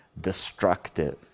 destructive